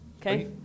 Okay